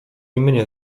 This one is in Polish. mnie